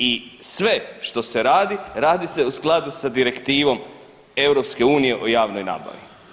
I sve što se radi, radi se u skladu sa Direktivom EU o javnoj nabavi.